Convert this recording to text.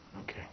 Okay